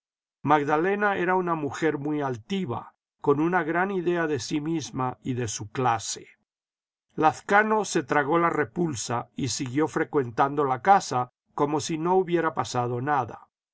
magdalena era una mujer muy ütiva con una gran idea de sí misma y de su clase lazcano se tragó la repulsa y siguió frecuentando la casa como si no hubiera pasado nada